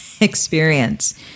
experience